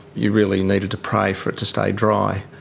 you really needed to pray for it to stay dry,